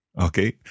Okay